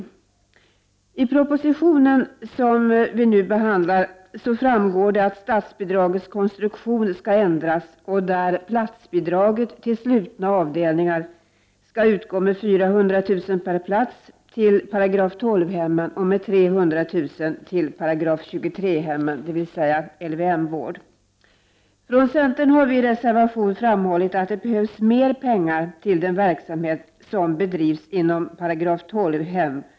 I den proposition som nu har behandlats framgår att statsbidragets konstruktion skall ändras och att platsbidraget till slutna avdelningar skall utgå med 400 000 kr. per plats till § 12-hemmen och med 300 000 kr. till § 23-hemmen, dvs. LVM-vård. Från centern har vi i reservation framhållit att det behövs mer pengar till den verksamhet som bedrivs inom § 12-hem.